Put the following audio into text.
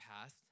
past